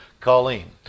Colleen